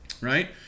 Right